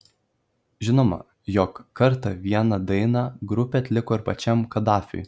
žinoma jog kartą vieną dainą grupė atliko ir pačiam kadafiui